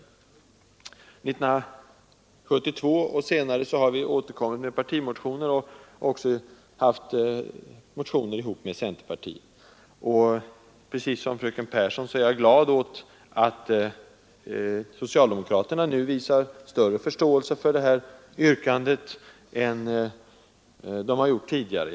År 1972 och senare har vi återkommit med partimotioner, och vi har också väckt motioner tillsammans med centerpartiet. Precis som fröken Pehrsson är jag glad åt att socialdemokraterna nu visar större förståelse för det här yrkandet än tidigare.